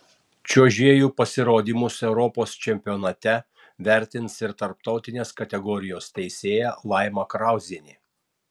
čiuožėjų pasirodymus europos čempionate vertins ir tarptautinės kategorijos teisėja laima krauzienė